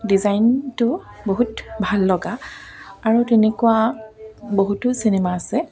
ডিজাইনটো বহুত ভাল লগা আৰু তেনেকুৱা বহুতো চিনেমা আছে